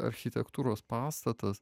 architektūros pastatas